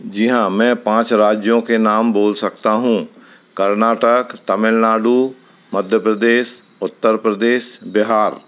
जी हाँ मैं पाँच राज्यों के नाम बोल सकता हूँ कर्नाटक तमिल नाडू मध्य प्रदेश उत्तर प्रदेश बिहार